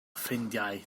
ffrindiau